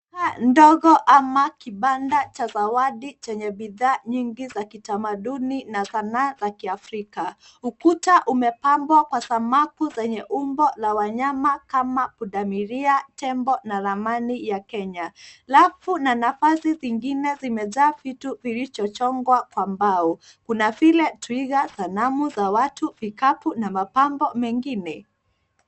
Paa ndogo ama kibanda cha zawadi chenye bidhaa nyingi za kitamaduni na sanaa za kiafrika. Ukuta umepambwa kwa samafu zenye umbo la wanyama kama pundamilia, tembo na ramani ya Kenya. Rafu na nafasi zingine zimezaa vitu vilichochongwa kwa mbao. Kuna vile twiga, sanamu za watu, vikapu na mapambo mengine.